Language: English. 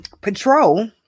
patrol